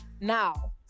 Now